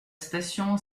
station